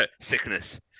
Sickness